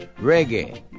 reggae